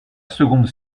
seconde